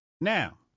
Now